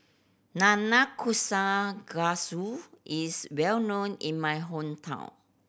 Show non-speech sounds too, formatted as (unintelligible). nanakusa (unintelligible) is well known in my hometown